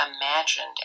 imagined